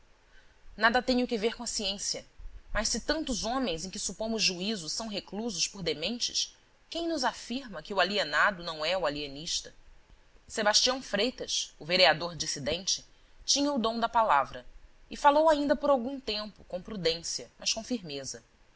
nada tenho que ver com a ciência mas se tantos homens em quem supomos são reclusos por dementes quem nos afirma que o alienado não é o alienista sebastião freitas o vereador dissidente tinha o dom da palavra e falou ainda por algum tempo com prudência mas com firmeza